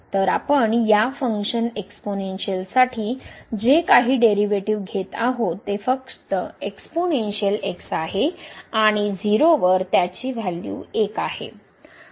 तर आपण या फंक्शन एक्सपोन्शियन्अलसाठी जे काही डेरिव्हेटिव्ह घेत आहोत ते फक्त एक्सपोन्शियन्अल x आहे आणि 0 वर त्याची व्हॅल्यू 1 आहे